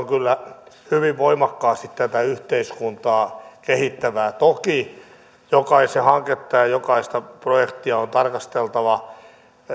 kyllä hyvin voimakkaasti tätä yhteiskuntaa kehittävää toki jokaista hanketta ja jokaista projektia on tarkasteltava